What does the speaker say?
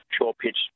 short-pitch